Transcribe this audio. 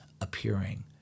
appearing